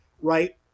right